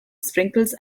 sprinkles